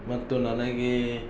ಮತ್ತು ನನಗೆ